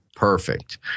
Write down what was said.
Perfect